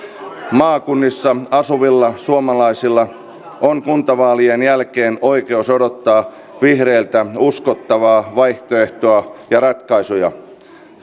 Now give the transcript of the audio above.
maakunnissa asuvilla suomalaisilla on kuntavaalien jälkeen oikeus odottaa vihreiltä uskottavaa vaihtoehtoa ja ratkaisuja